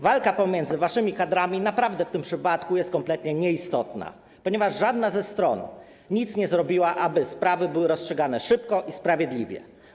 Walka pomiędzy waszymi kadrami naprawdę w tym przypadku jest kompletnie nieistotna, ponieważ żadna ze stron nic nie zrobiła, aby sprawy były rozstrzygane szybko i sprawiedliwie.